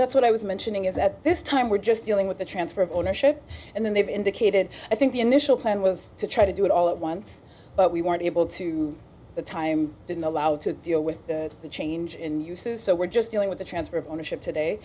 that's what i was mentioning is that this time we're just dealing with the transfer of ownership and then they've indicated i think the initial plan was to try to do it all at once but we weren't able to the time didn't allow to deal with the change in uses so we're just dealing with the transfer of ownership today